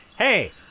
Hey